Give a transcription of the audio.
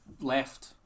left